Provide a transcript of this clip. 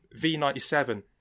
v97